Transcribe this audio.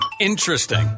Interesting